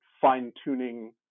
fine-tuning